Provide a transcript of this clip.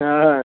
हाँ